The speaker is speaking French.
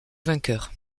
vainqueur